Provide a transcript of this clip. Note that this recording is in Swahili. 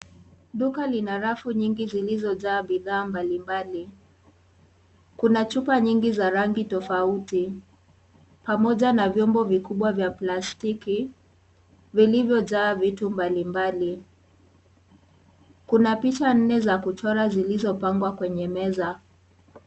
Duka lina rafu nyingi zilizojaa bidhaa mbalimbali. Kuna chupa nyingi za rangi tofauti pamoja na vyombo vikubwa vya plastiki. Vilivyojaa vitu mbalimbali. Kuna picha nne za kuchora zilizopangwa kwenye meza.